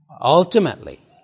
Ultimately